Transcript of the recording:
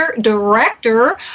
director